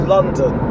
London